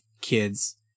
kids